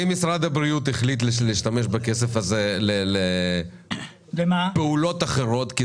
ואם משרד הבריאות החליט להשתמש בכסף הזה לפעולות אחרות?